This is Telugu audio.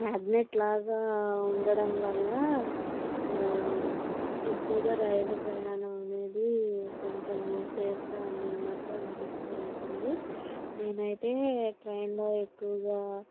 మాగ్నెట్ లాగా ఉండడం వల్ల ఎక్కువగా రైలు ప్రయాణం అనేది కొంచెం సేఫ్గా ఉన్నట్టు అనిపిస్తూ ఉంటుంది నేనైతే ట్రైన్లో ఎక్కువగా